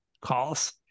Calls